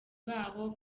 baho